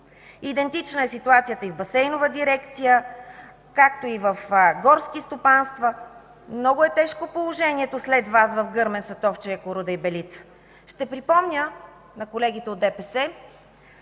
Идентична е ситуацията и в „Басейнова дирекция”, както и в „Горски стопанства”. Много е тежко положението след Вас в Гърмен, Сатовча , Якоруда и Белица. Ще припомня на колегите от ДПС,